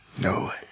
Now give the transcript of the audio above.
no